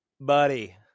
Buddy